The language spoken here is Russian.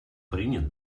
принят